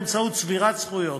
באמצעות צבירת זכויות,